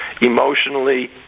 emotionally